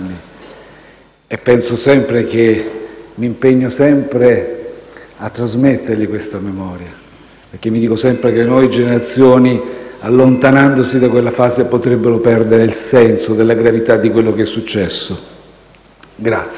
di undici anni e mi impegno sempre a trasmettergli questa memoria, perché mi dico sempre che le nuove generazioni, allontanandosi da quella fase, potrebbero perdere il senso e la gravità di quanto è successo. Grazie.